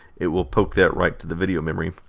it will poke that right to the video memory.